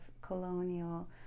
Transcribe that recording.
colonial